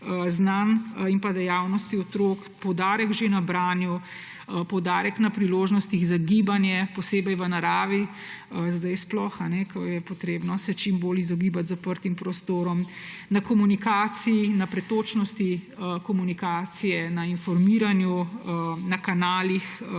skozi ustvarjalnost, poudarek na branju, poudarek na priložnostih za gibanje, posebej v naravi, zdaj sploh, ko se je potrebno čim bolj izogibati zaprtim prostorom, na komunikaciji, na pretočnosti komunikacije, na informiranju, na kanalih,